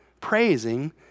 praising